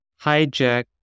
hijack